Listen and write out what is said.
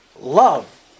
love